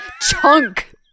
chunk